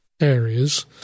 areas